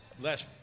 Last